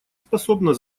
способно